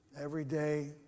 everyday